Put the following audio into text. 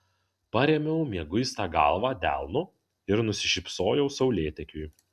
parėmiau mieguistą galvą delnu ir nusišypsojau saulėtekiui